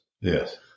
Yes